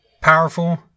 powerful